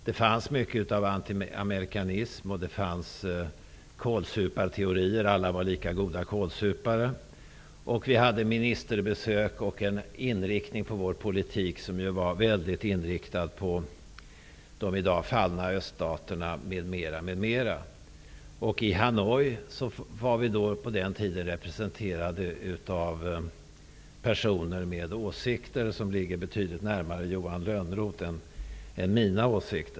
Det fanns mycket antiamerikanism, och det fanns teorier om att alla var lika goda kålsupare. Det gjordes ministerbesök, och politiken var i stor utsträckning inriktad på de i dag fallna öststaterna. Vi representerades i Hanoi på den tiden av personer med åsikter som ligger betydligt närmare Johan Lönnroths än mina.